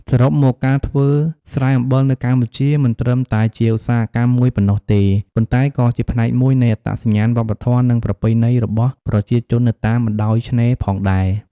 សរុបមក ការធ្វើស្រែអំបិលនៅកម្ពុជាមិនត្រឹមតែជាឧស្សាហកម្មមួយប៉ុណ្ណោះទេ ប៉ុន្តែក៏ជាផ្នែកមួយនៃអត្តសញ្ញាណវប្បធម៌ និងប្រពៃណីរបស់ប្រជាជននៅតាមបណ្ដោយឆ្នេរផងដែរ។